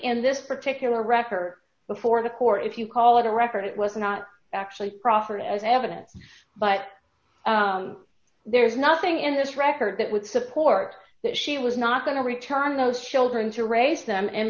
in this particular record before the court if you call it a record it was not actually proffered as evidence but there is nothing in this record that would support that she was not going to return those children to raise them in